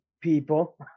people